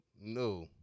no